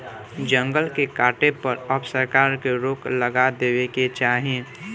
जंगल के काटे पर अब सरकार के रोक लगा देवे के चाही